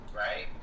right